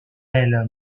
aile